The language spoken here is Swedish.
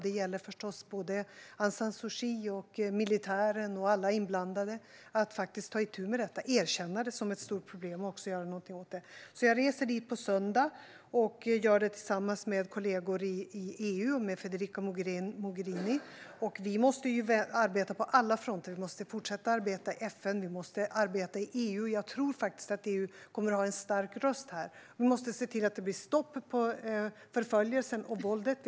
Det gäller förstås Aung San Suu Kyi, militären och alla inblandade. De måste faktiskt ta itu med detta, erkänna det som ett stort problem och också göra någonting åt det. Jag reser dit på söndag och gör det tillsammans med kollegor i EU, bland andra Federica Mogherini. Vi måste arbeta på alla fronter. Vi måste fortsätta att arbeta i FN, och vi måste arbeta i EU. Jag tror faktiskt att EU kommer att ha en stark röst här. Vi måste se till att det blir stopp för förföljelsen och våldet.